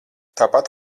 tāpat